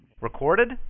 Recorded